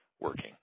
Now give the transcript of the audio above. working